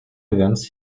events